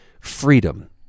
freedom